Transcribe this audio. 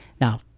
Now